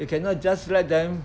you cannot just let them